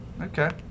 Okay